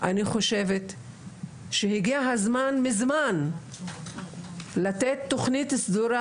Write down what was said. אני חושבת שהגיע הזמן מזמן לתת תוכנית סדורה